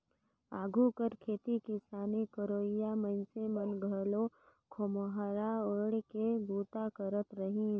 आघु कर खेती किसानी करोइया मइनसे मन घलो खोम्हरा ओएढ़ के बूता करत रहिन